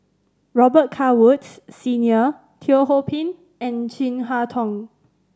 Robet Carr Woods Senior Teo Ho Pin and Chin Harn Tong